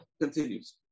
continues